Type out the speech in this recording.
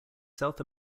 south